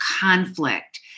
conflict